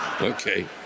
Okay